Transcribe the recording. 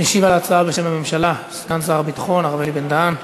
משיב על ההצעה בשם הממשלה סגן שר הביטחון הרב אלי בן-דהן.